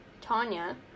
Tanya